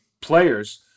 players